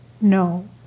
no